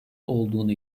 olduğunu